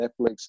Netflix